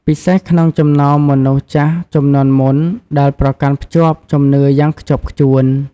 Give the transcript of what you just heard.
ពិសេសក្នុងចំណោមមនុស្សចាស់ជំនាន់មុនដែលប្រកាន់ភ្ជាប់ជំនឿយ៉ាងខ្ជាប់ខ្ជួន។